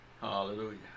Hallelujah